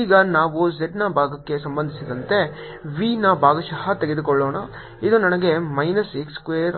ಈಗ ನಾವು z ನ ಭಾಗಕ್ಕೆ ಸಂಬಂಧಿಸಿದಂತೆ v ನ ಭಾಗಶಃ ತೆಗೆದುಕೊಳ್ಳೋಣ ಇದು ನನಗೆ ಮೈನಸ್ x ಸ್ಕ್ವೇರ್